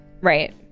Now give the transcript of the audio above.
right